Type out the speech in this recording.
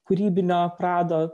kūrybinio prado